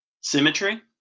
symmetry